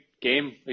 game